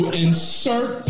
insert